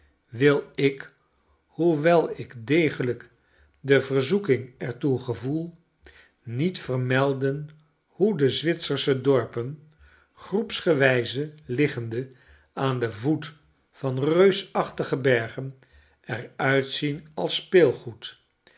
wil ik hoewel ik degelijk de verzoeking er toe gevoel niet vermelden hoe de zwitsersche dorpen groepsgewijze liggende aan den voet van reusachtige bergen eruitzienalsspeelgoed en hoe